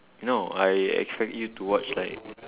no I expect you to watch like